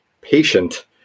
patient